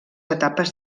etapes